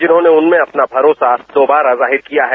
जिन्होंने उनमें अपना भरोसा दोबारा जाहिर किया है